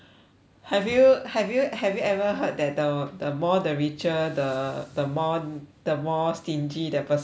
have you have you have you ever heard that the the more the richer the the more the more stingy that person gets